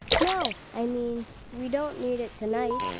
no, i mean we don't need it to-night,